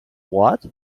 what